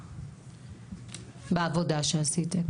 בעבודה שעשיתם.